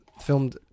filmed